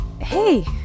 Hey